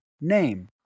name